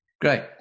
Great